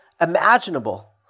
imaginable